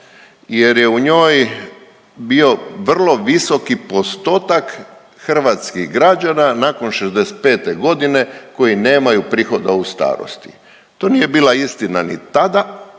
jer je u njoj bio vrlo visoki postotak hrvatskih građana nakon 65 godine koji nemaju prihoda u starosti. To nije bila istina nit tada,